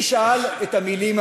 מי אמר את המילים